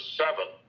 seven